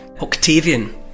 Octavian